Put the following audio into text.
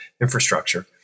infrastructure